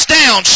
down